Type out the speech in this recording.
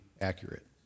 accurate